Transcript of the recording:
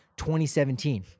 2017